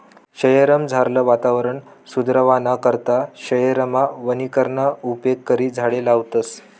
शयेरमझारलं वातावरण सुदरावाना करता शयेरमा वनीकरणना उपेग करी झाडें लावतस